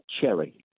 cherry